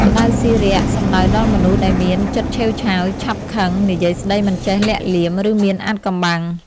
ក្ដៅស៊ីរាក់ សំដៅដល់មនុស្សដែលមានចិត្តឆេវឆាវ ឆាប់ខឹង និយាយស្ដីមិនចេះលាក់លៀម ឬមានអាថ៌កំបាំង ។